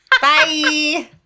Bye